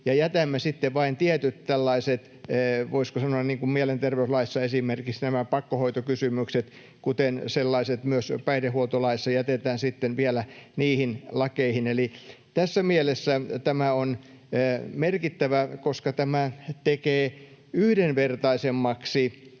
sitten vain tietyt tällaiset, voisiko sanoa, niin kuin mielenterveyslaissa esimerkiksi pakkohoitokysymykset ja samoin sellaiset myös päihdehuoltolaissa vielä niihin lakeihin. Tässä mielessä tämä on merkittävä, koska tämä tekee yhdenvertaisemmaksi